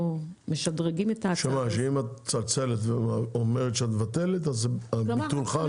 אם את מצלצלת ואומרת שאת מבטלת, הביטול חל?